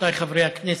רבותיי חברי הכנסת,